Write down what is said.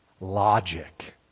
Logic